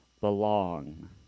belong